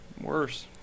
Worse